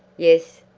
yes,